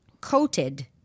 coated